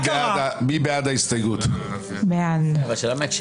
נצביע על הסתייגות 211 מי בעד?